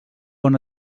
una